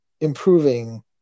improving